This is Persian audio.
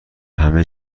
همه